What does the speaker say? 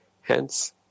hence